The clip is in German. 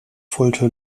wollte